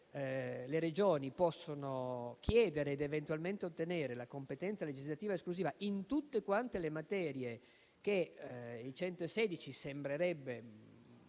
le Regioni possono chiedere ed eventualmente ottenere la competenza legislativa esclusiva in tutte le materie che l'articolo 116 sembrerebbe